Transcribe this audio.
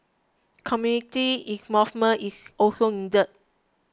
community involvement is also needed